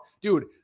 Dude